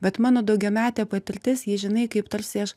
bet mano daugiametė patirtis jei žinai kaip tarsi aš